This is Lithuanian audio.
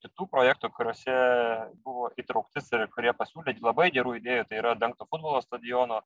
kitų projektų kuriuose buvo įtrauktis ir kurie pasiūlyti labai gerų idėjų tai yra dengto futbolo stadiono